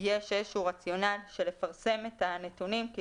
יש איזשהו רציונאל של לפרסם את הנתונים כי